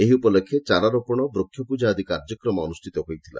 ଏହି ଉପଲକ୍ଷେ ଚାରା ରୋପଶ ବୃଷପୂଜା ଆଦି କେତେକ କାର୍ଯ୍ୟକ୍ରମ ଅନୁଷ୍ଚିତ ହୋଇଥିଲା